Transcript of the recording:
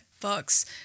books